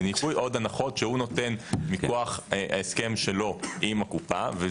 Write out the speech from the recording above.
בניכוי עוד הנחות שהוא נותן מכוח ההסכם שלו עם הקופה.